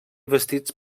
vestits